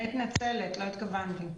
אני מתנצלת, לא התכוונתי.